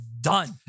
done